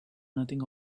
nothing